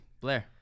Blair